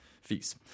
fees